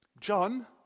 John